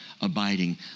abiding